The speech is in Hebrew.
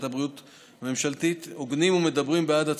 הבריאות הממשלתית הוגנים ומדברים בעד עצמם.